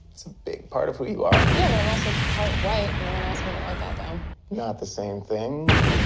it's a big part of who you are yeah, but i'm also part white, and no one asked me to write that down not the same thing,